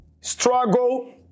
struggle